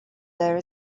there